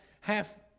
half